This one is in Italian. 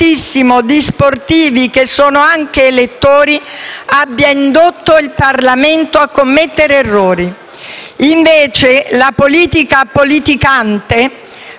grazie a tutta